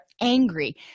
angry